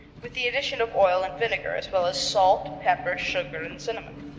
with the addition of oil and vinegar, as well as salt, pepper, sugar and cinnamon.